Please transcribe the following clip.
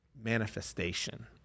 manifestation